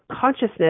consciousness